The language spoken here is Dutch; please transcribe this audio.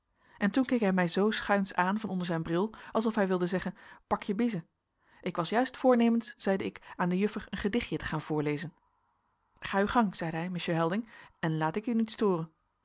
en toen keek hij mij zoo schuins aan van onder zijn bril alsof hij wilde zeggen pak je biezen ik was juist voornemens zeide ik aan de juffer een gedichtje te gaan voorlezen ga uw gang zeide hij monsieur helding en laat ik u niet storen